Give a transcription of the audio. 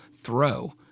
throw